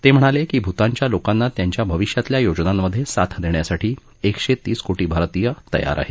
ते म्हणाले की भूतानच्या लोकांना त्यांच्या भविष्यातल्या योजनांमधे साथ देण्यासाठी एकशे तीस कोटी भारतीय तयार आहेत